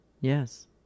yes